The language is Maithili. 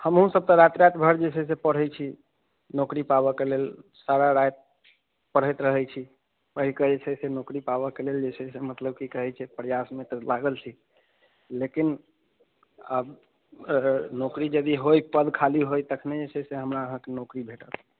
हमहुँ सब तऽ राति राति भर जे छै से पढ़ैत छी नौकरी पाबऽ के लेल सारा राति पढ़ैत रहैत छी एहिके जे छै से नौकरी पाबऽ के लेल जे छै से मतलब की कहैत य छै प्रयासमे तऽ लागल छी लेकिन आब नौकरी यदि होए पद खाली होए तखने जे छै से हमरा अहाँकेँ नौकरी भेटत